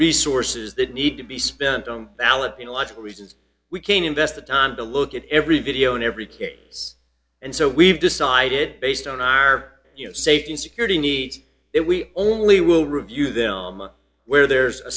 resources that need to be spent on balance in a logical reason we can invest the time to look at every video in every case and so we've decided based on our safety and security needs that we only will review them where there's a